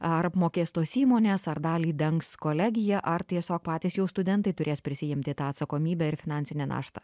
ar apmokės tos įmonės ar dalį dengs kolegiją ar tiesiog patys jau studentai turės prisiimti tą atsakomybę ir finansinę naštą